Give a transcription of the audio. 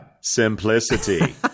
simplicity